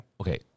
Okay